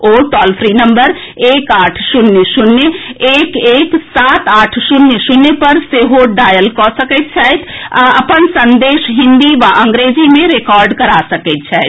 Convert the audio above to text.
ओ toll free number एक आठ शून्य शून्य एक एक सात आठ शून्य शून्य पर सेहो डायल कऽ सकैत छथि आ अपन संदेश हिन्दी वा अंग्रेजी मे रिकॉर्ड करा सकैत छथि